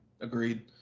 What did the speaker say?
agreed